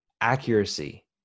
accuracy